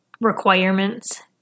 requirements